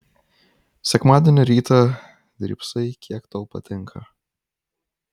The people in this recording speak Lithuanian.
sekmadienio rytą drybsai kiek tau patinka